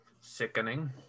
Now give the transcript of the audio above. sickening